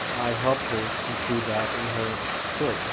i helped her include that in her story.